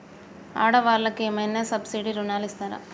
ఆడ వాళ్ళకు ఏమైనా సబ్సిడీ రుణాలు ఇస్తారా?